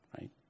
Right